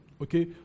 okay